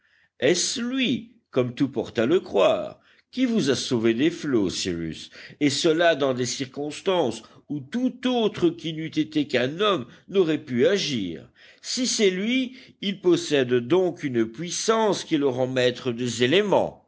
est-ce lui comme tout porte à le croire qui vous a sauvé des flots cyrus et cela dans des circonstances où tout autre qui n'eût été qu'un homme n'aurait pu agir si c'est lui il possède donc une puissance qui le rend maître des éléments